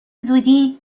زودی